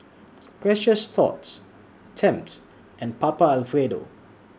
Precious Thots Tempt and Papa Alfredo